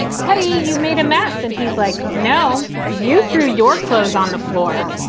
teddy, you made a mess. and he's like, no, you threw your clothes on the floor.